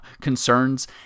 concerns